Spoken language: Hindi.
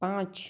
पाँच